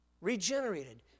regenerated